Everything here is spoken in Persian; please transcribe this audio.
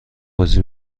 بازی